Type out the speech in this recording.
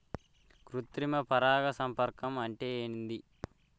కృత్రిమ పరాగ సంపర్కం అంటే ఏంది?